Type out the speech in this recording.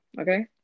Okay